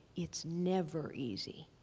it's never easy.